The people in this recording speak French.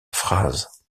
phrase